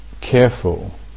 careful